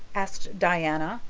asked diana,